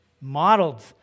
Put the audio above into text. modeled